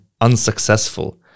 unsuccessful